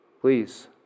Please